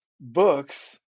books